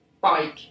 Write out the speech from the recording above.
Bike